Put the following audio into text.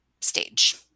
stage